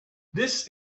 this